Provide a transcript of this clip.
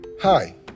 Hi